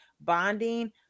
bonding